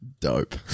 dope